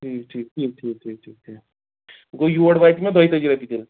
ٹھیٖک ٹھیٖک ٹھیٖک ٹھیٖک ٹھیٖک ٹھیٖک ٹھیٖک گوٚو یوٗر واتہِ مےٚ دۄیہِ تٲجی رۄپیہِ تیٚلہِ